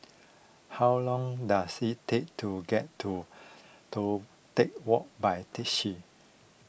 how long does it take to get to Toh Tuck Walk by taxi